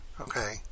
okay